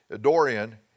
Dorian